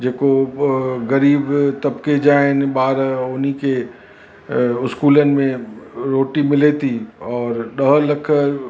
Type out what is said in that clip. जेको ग़रीबु तबक़े जा आहिनि ॿार उन्हीअ खे इस्कूलनि में रोटी मिले थी और ॾह लख